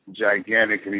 gigantic